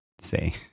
say